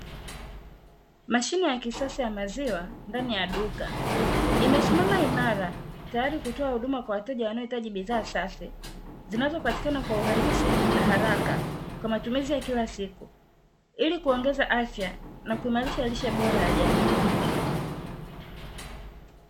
Mashine ya kisasa ya maziwa ndani ya duka imesimama imara, tayari kutoa huduma kwa wateja wanaohitaji bidhaa safi zinazopatikana kwa urahisi na haraka kwa matumizi ya kila siku, ili kuongeza afya na kuimarisha lishe bora ya jamii.